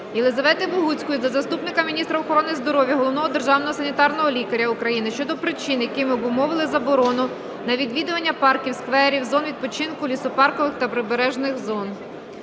Єлізавети Богуцької до заступника міністра охорони здоров'я - Головного державного санітарного лікаря України щодо причин, якими обумовили заборону на відвідування парків, скверів, зон відпочинку, лісопаркових та прибережних зон.